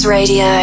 Radio